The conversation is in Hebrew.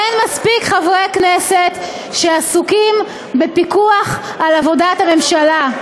אין מספיק חברי כנסת שעסוקים בפיקוח על עבודת הממשלה.